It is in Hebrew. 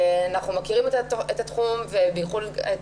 אנחנו מכירים את התחום ובייחוד את